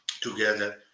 together